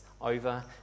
over